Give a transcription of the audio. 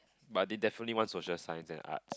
but I definitely want social science and art